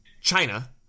China